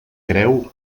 creu